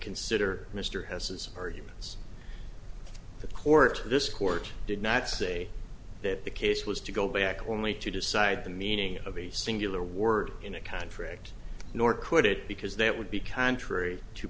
consider mr has his arguments the court this court did not say that the case was to go back only to decide the meaning of a singular word in a contract nor could it because that would be contrary to